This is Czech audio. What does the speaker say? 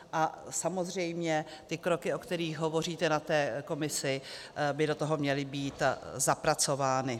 A samozřejmě kroky, o kterých hovoříte na komisi, by do toho měly být zapracovány.